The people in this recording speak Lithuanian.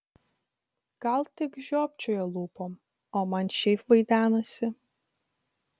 gal tik žiopčioja lūpom o man šiaip vaidenasi